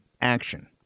action